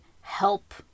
help